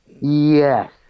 yes